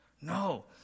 No